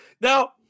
Now